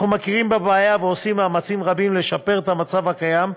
אנחנו מכירים בבעיה ועושים מאמצים רבים לשפר את המצב הקיים,